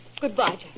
Goodbye